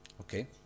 Okay